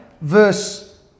verse